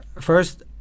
first